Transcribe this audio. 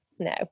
No